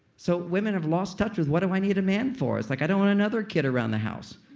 so women have lost touch with what do i need a man for. it's like i don't want another kid around the house.